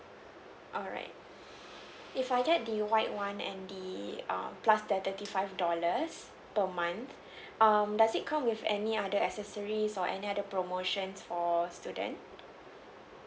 alright if I get the white one and the err plus the thirty five dollars per month um does it come with any other accessories or any other promotions for student